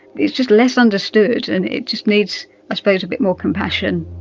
it's just less understood and it just needs i suppose a bit more compassion.